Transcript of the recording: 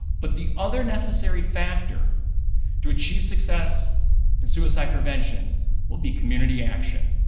but the other necessary factor to achieve success in suicide prevention will be community action.